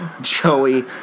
Joey